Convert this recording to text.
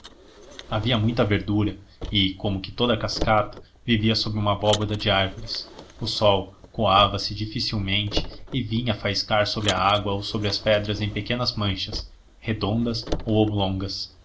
havia muita verdura e como que toda a cascata vivia sob uma abóboda de árvores o sol coava se dificilmente e vinha faiscar sobre a água ou sobre as pedras em pequenas manchas redondas ou oblongas